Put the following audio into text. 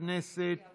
חבר הכנסת